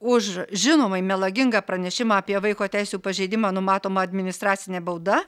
už žinomai melagingą pranešimą apie vaiko teisių pažeidimą numatoma administracinė bauda